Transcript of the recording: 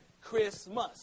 Christmas